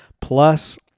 plus